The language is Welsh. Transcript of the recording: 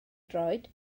droed